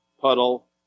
puddle